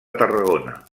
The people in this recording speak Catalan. tarragona